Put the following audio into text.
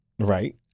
Right